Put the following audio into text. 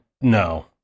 No